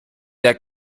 der